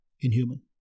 inhuman